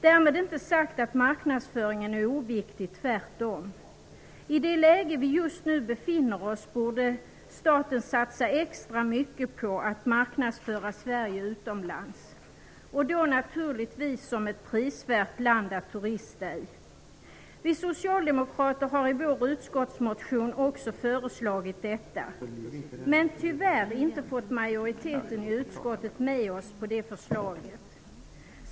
Därmed inte sagt att marknadsföringen är oviktig -- tvärtom. I det läge som vi just nu befinner oss i borde staten satsa extra mycket på att marknadsföra Sverige utomlands och då naturligtvis som ett prisvärt land att turista i. Vi socialdemokrater har i vår utskottsmotion också föreslagit detta, men tyvärr inte fått majoriteten i utskottet med oss på det förslaget.